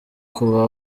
kuba